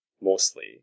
mostly